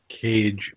Cage